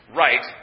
right